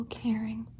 caring